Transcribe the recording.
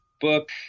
book